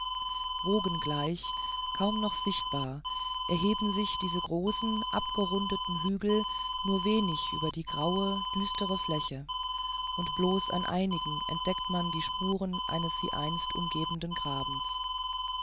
wogen gleich kaum noch sichtbar erheben sich diese großen abgerundeten hügel nur wenig über die graue düstere fläche und bloß an einigen entdeckt man die spur eines sie einst umgebenden grabens